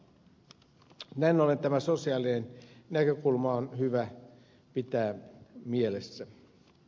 näin ollen tämä sosiaalinen näkökulma on hyvä pitää mielessä